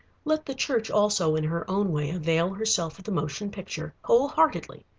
let the church also, in her own way, avail herself of the motion picture, whole-heartedly,